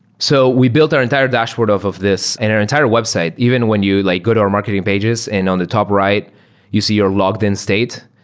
so we built our entire dashboard off of this in our entire website, even when you like go to our marketing pages and on the top right you see your logged in state,